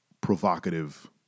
provocative